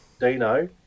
Dino